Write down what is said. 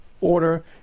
order